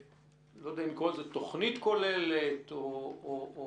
אני לא יודע אם לקרוא לזה תוכנית כוללת או מסגרת